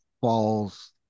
falls